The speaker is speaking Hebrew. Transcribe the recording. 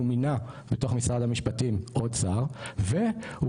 הוא מינה בתוך משרד המשפטים עוד שר ,והוא